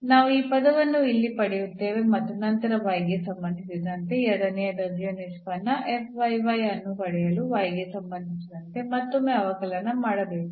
ನಾವು ಈ ಪದವನ್ನು ಇಲ್ಲಿ ಪಡೆಯುತ್ತೇವೆ ಮತ್ತು ನಂತರ ಗೆ ಸಂಬಂಧಿಸಿದಂತೆ ಎರಡನೇ ದರ್ಜೆಯ ನಿಷ್ಪನ್ನ ಅನ್ನು ಪಡೆಯಲು ಗೆ ಸಂಬಂಧಿಸಿದಂತೆ ಮತ್ತೊಮ್ಮೆ ಅವಕಲನ ಮಾಡಬೇಕು